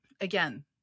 again